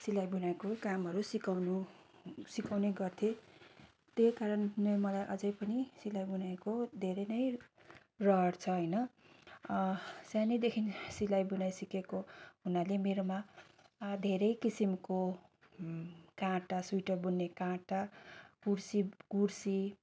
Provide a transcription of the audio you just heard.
सिलाई बुनाईको कामहरू सिकाउनु सिकाउने गर्थे त्यही कारणले मलाई अझै पनि सिलाई बुनाईको धेरे नै रहर छ होइन सानैदेखि सिलाई बुनाई सिकेको हुनाले मेरोमा धेरै किसिमको काँटा स्वेटर बुन्ने काँटा कुर्सी कुर्सी